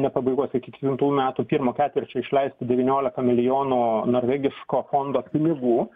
ne pabaigos iki kitų metų pirmo ketvirčio išleisti devyniolika milijonų norvegiško fondo pinigų